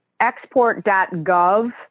export.gov